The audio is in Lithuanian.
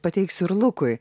pateiksiu ir lukui